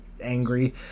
angry